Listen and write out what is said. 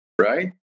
right